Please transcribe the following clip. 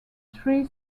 three